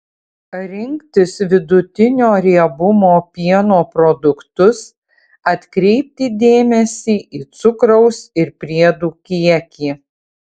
rinktis vidutinio riebumo pieno produktus atkreipti dėmesį į cukraus ir priedų kiekį